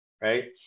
right